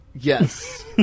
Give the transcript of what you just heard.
Yes